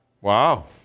Wow